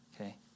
okay